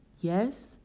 Yes